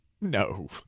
No